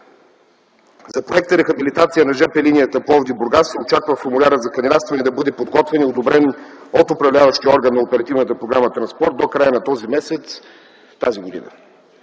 За проекта „Рехабилитация на ЖП линията Пловдив – Бургас се очаква формулярът за кандидатстване да бъде подготвен и одобрен от управляващия орган на оперативната програма „Транспорт” до края на този месец тази година.